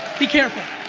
be careful.